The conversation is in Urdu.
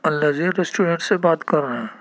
النظیر ریسٹورنٹ سے بات کر رہے ہیں